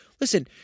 listen